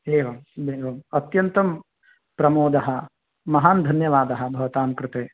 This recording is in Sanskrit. एवम् एवम् अत्यन्तं प्रमोदः महान् धन्यवादः भवतां कृते